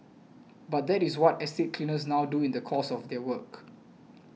but that is what estate cleaners now do in the course of their work